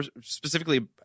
specifically